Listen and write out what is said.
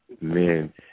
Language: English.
men